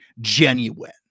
genuine